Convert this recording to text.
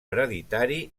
hereditari